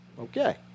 Okay